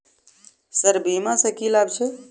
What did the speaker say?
Sir बीमा सँ की लाभ छैय?